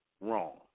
wrong